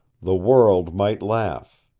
the world might laugh.